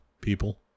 people